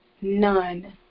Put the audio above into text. none